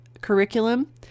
curriculum